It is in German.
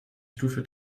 stufe